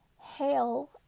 Hail